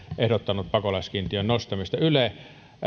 ehdottanut pakolaiskiin tiön nostamista yle